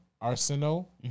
Arsenal